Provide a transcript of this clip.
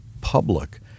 public